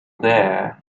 there